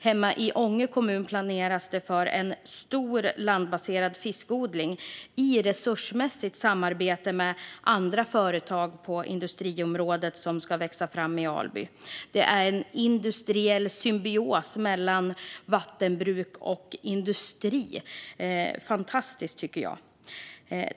Hemma i Ånge kommun planeras det för en stor landbaserad fiskodling, i resursmässigt samarbete med andra företag i det industriområde som ska växa fram i Alby. Det är en industriell symbios mellan vattenbruk och industri - fantastiskt, tycker jag.